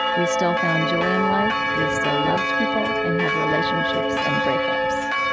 we still found joy in life. we still loved people and had relationships and breakups.